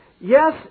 Yes